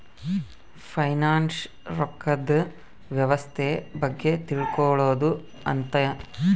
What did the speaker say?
finance ರೊಕ್ಕದ್ ವ್ಯವಸ್ತೆ ಬಗ್ಗೆ ತಿಳ್ಕೊಳೋದು ಅಂತ